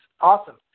Awesome